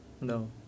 no